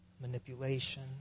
manipulation